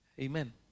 Amen